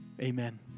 Amen